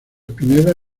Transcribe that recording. pineda